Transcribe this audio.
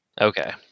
Okay